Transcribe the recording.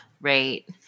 right